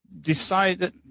decided